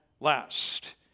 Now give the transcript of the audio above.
last